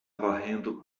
varrendo